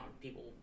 people